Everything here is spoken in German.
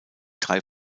drei